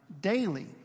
daily